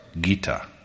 Gita